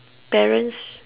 parents